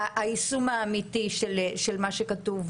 היישום האמיתי של מה שכתוב.